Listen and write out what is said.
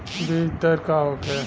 बीजदर का होखे?